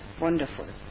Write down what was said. Wonderful